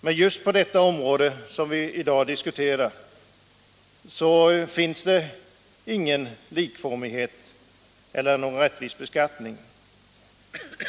Men just på det område som vi i dag diskuterar finns ingen likformighet, ingen rättvis beskattning.